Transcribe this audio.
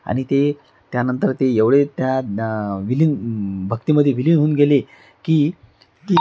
आणि ते त्यानंतर ते एवढे त्या न विलिन भक्तीमध्ये विलिन होऊन गेले की ती